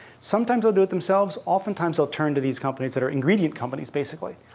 sometimes they'll do it themselves. oftentimes they'll turn to these companies that are ingredient companies, basically.